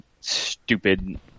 stupid